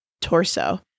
torso